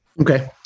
Okay